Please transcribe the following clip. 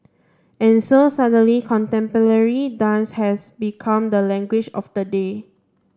and so suddenly contemporary dance has become the language of the day